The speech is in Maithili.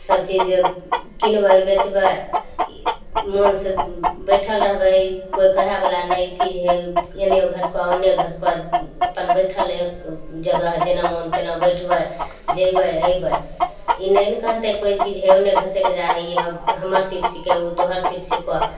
सब चीज किनबय बेचबय ई मनसँ बैठल रहबय कोइ कहयवला नहि कि हे एन्ने घसको ओन्ने घसको अपन बैठल एक जगह जेना मन तेना बैठबय जेबय एबय ई नहि ने कहतय कोइ जे हे ओने घसक जाही ई हमर सीट छिकै उ तोहर सीट छिको